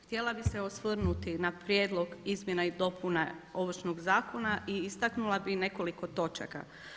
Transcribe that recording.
Htjela bih se osvrnuti na prijedlog izmjena i dopuna Ovršnog zakona i istaknula bih nekoliko točaka.